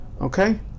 okay